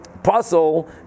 puzzle